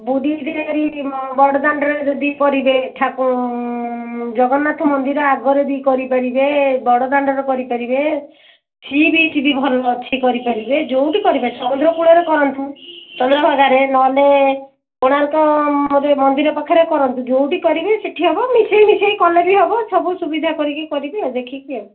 ପୁରୀରେ ବଡ଼ଦାଣ୍ଡରେ ଯଦି କରିବେ ଠାକୁ ଜଗନ୍ନାଥଙ୍କ ମନ୍ଦିର ଆଗରେ ବି କରି ପାରିବେ ବଦାଣ୍ଡରେ କରି ପାରିବେ ସି ବିଚ୍ ବି ଭଲ ଅଛି କରି ପାରିବେ ଯେଉଁଠି କରି ପାରିବେ ସମୁଦ୍ର କୂଳରେ କରନ୍ତୁ ଚନ୍ଦ୍ରଭଗାରେ ନହେଲେ କୋଣାର୍କ ମନ୍ଦିର ପାଖରେ କରନ୍ତୁ ଯେଉଁଠି କରିବେ ସେଇଠି ହେବ ମିଶାଇ ମିଶାଇ କଲେ ବି ହେବ ସବୁ ସୁବିଧା କରିକି କରିବି ଦେଖିକି ଆଉ